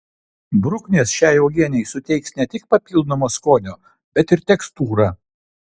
bruknės šiai uogienei suteiks ne tik papildomo skonio bet ir tekstūrą